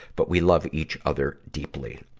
but we love each other deeply.